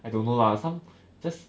I don't know lah some just